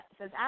says